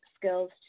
skills